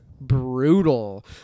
brutal